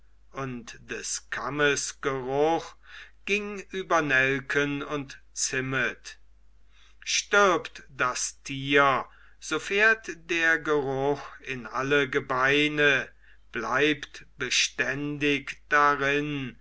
und des kammes geruch ging über nelken und zimmet stirbt das tier so fährt der geruch in alle gebeine bleibt beständig darin